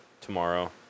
tomorrow